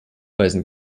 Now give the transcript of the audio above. weisen